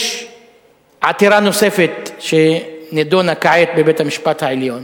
יש עתירה נוספת, שנדונה כעת בבית-המשפט העליון,